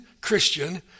Christian